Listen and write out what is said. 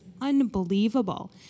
unbelievable